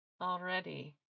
already